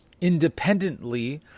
independently